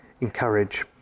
encourage